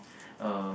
uh